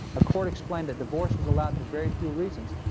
a court explained that divorce was allowed for very few reasons,